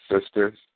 sisters